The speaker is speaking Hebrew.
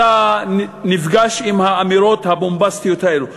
אתה נפגש עם האמירות הבומבסטיות האלו,